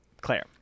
Claire